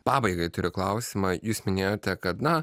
pabaigai turiu klausimą jūs minėjote kad na